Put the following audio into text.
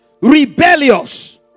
Rebellious